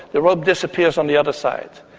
the rope disappears on the other side,